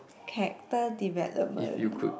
character development